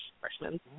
freshmen